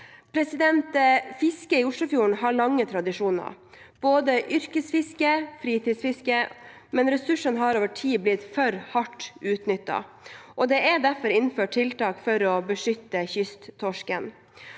Fisket i Oslofjorden har lange tradisjoner, både yrkesfisket og fritidsfisket, men ressursene har over tid blitt for hardt utnyttet. Det er derfor innført tiltak for å beskytte kysttorsken.